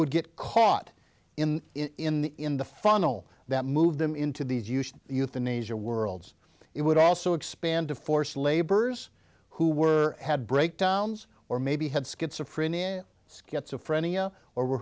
would get caught in in the in the funnel that moved them into these huge euthanasia worlds it would also expand to forced laborers who were had breakdowns or maybe had schizophrenia schizophrenia or